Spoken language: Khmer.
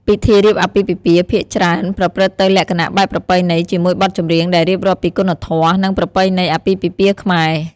ពិធីរៀបអាពាហ៍ពិពាហ៍ភាគច្រើនប្រព្រឹត្តទៅលក្ខណៈបែបប្រពៃណី ជាមួយបទចម្រៀងដែលរៀបរាប់ពីគុណធម៌ និងប្រពៃណីអាពាហ៍ពិពាហ៍ខ្មែរ។